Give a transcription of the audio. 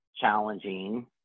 challenging